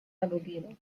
halogene